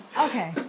Okay